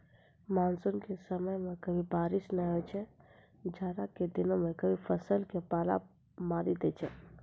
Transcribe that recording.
monsoon के समय मॅ कभी बारिश नाय होय छै, जाड़ा के दिनों मॅ कभी फसल क पाला मारी दै छै